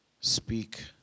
speak